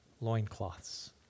loincloths